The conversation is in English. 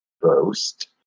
boast